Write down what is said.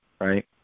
right